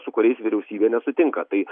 su kuriais vyriausybė nesutinka tai